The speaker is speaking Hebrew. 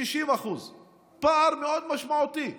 60%. פער משמעותי מאוד.